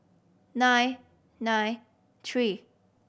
nine nine three